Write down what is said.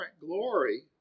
glory